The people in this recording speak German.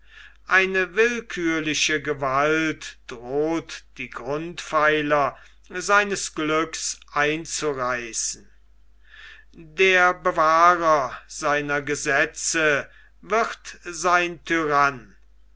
eine willkürliche gewalt droht die grundpfeiler seinem glücks einzureißen der bewahrer seiner gesetze wird sein tyrann